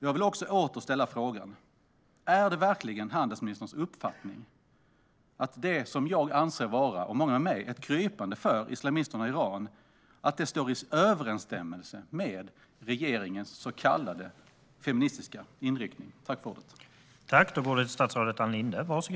Jag vill åter ställa frågan: Är det verkligen handelsministerns uppfattning att det som jag, och många med mig, anser vara ett krypande för islamisterna i Iran står i överensstämmelse med regeringens så kallade feministiska inriktning?